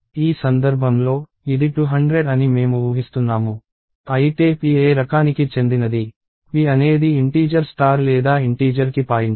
ఈ సందర్భంలో ఇది 200 అని మేము ఊహిస్తున్నాము అయితే p ఏ రకానికి చెందినది p అనేది ఇంటీజర్ స్టార్ లేదా ఇంటీజర్ కి పాయింటర్